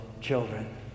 children